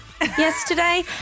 yesterday